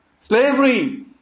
slavery